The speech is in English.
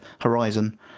horizon